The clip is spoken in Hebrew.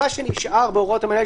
מה שנשאר בהוראות המנהל,